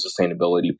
Sustainability